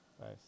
nice